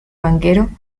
banquero